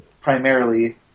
primarily